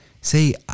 See